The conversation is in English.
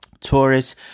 Taurus